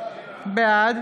בעד